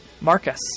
Marcus